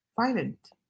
violent